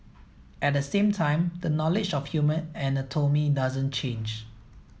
at the same time the knowledge of human anatomy doesn't change